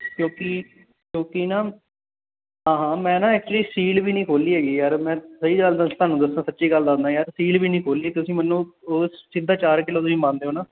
ਕਿਉਂਕਿ ਕਿਉਂਕਿ ਨਾ ਹਾਂ ਹਾਂ ਮੈਂ ਨਾ ਐਕਚੁਲੀ ਸੀਲ ਵੀ ਨਹੀਂ ਖੋਲ੍ਹੀ ਹੈਗੀ ਯਾਰ ਮੈਂ ਸਹੀ ਗੱਲ ਦੱਸ ਤੁਹਾਨੂੰ ਦੱਸਾਂ ਸੱਚੀ ਗੱਲ ਦੱਸਦਾ ਯਾਰ ਸੀਲ ਵੀ ਨਹੀਂ ਖੋਲ੍ਹੀ ਤੁਸੀਂ ਮੈਨੂੰ ਉਹ ਸਿੱਧਾ ਚਾਰ ਕਿਲੋ ਤੁਸੀਂ ਮੰਨਦੇ ਹੋ ਨਾ